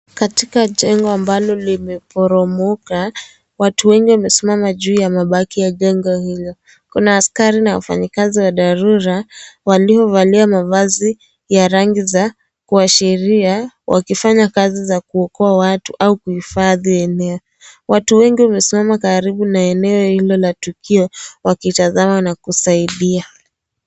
Katika jengo ambalo limeporomoka watu wengi wamesimama juu ya mabaki ya jengo hilo . Kuna askari na wafanyikazi wa dharua waliovalia mavazi ya rangi za kuashiria wakifanya kazi za kuokoa watu au kuhifadhi eneo . Watu wengi wamesimama karibu na eneo hilo la tukio wakitazama na kusaidia.